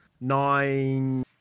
Nine